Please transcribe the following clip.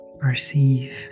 perceive